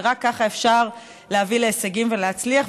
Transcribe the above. ורק ככה אפשר להביא להישגים ולהצליח,